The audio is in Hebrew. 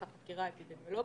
החקירה האפידמיולוגית.